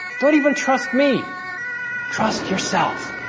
don't even trust me trust yourself